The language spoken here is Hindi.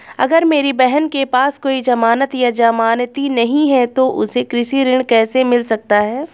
अगर मेरी बहन के पास कोई जमानत या जमानती नहीं है तो उसे कृषि ऋण कैसे मिल सकता है?